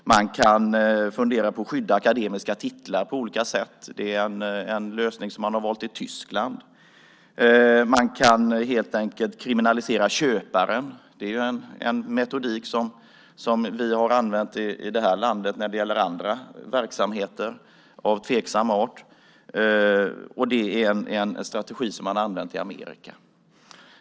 Man kan fundera på att skydda akademiska titlar på olika sätt. Det är en lösning som man har valt i Tyskland. Man kan helt enkelt kriminalisera köparen. Det är en metod som vi i det här landet har använt när det gäller andra verksamheter av tveksam art. Det är en strategi som man har använt i Amerika.